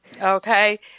Okay